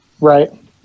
Right